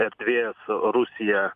erdvės rusija